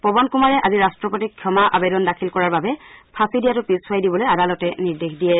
পৱন কুমাৰে আজি ৰাষ্ট্ৰপতিক ক্ষমা আৱেদন দাখিল কৰাৰ বাবে ফাঁচী দিয়াটো পিছুৱাই দিবলৈ আদালতে নিৰ্দেশ দিয়ে